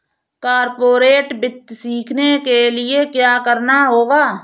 corporate वित्त सीखने के लिया क्या करना होगा